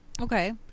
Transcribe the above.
Okay